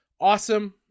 awesome